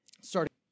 starting